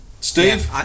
Steve